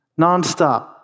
nonstop